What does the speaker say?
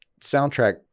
soundtrack